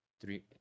three